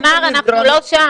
תמר, אנחנו לא שם.